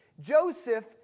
Joseph